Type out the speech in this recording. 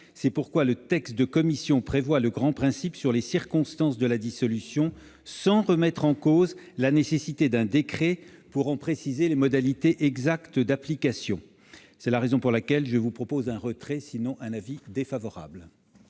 C'est pourquoi le texte de commission prévoit un grand principe sur les circonstances de la dissolution, sans remettre en cause la nécessité d'un décret, pour en préciser les modalités exactes d'application. C'est la raison pour laquelle, monsieur Assouline, je vous propose